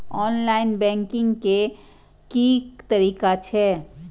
Online banking के की तरीका छै?